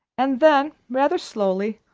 and then, rather slowly,